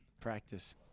Practice